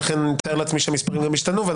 ולכן אני מתאר לעצמי שהמספרים השתנו.